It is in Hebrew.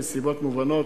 מסיבות מובנות,